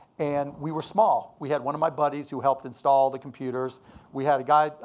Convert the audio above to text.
and we were small. we had one of my buddies who helped install the computers we had a guy,